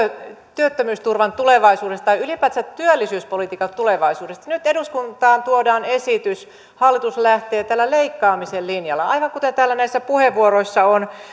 työttömyysturvan tulevaisuudesta tai ylipäätänsä työllisyyspolitiikan tulevaisuudesta nyt eduskuntaan tuodaan tämä esitys hallitus lähtee tälle leikkaamisen linjalle aivan kuten täällä näissä puheenvuoroissa on